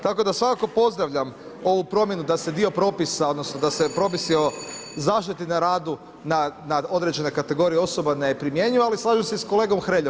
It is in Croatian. Tako da svakako pozdravljam ovu promjenu da se dio propisa odnosno da se propisi o zaštiti na radu na određene kategorije osoba ne primjenjuju, ali slažem se i s kolegom Hreljom.